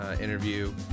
interview